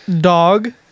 dog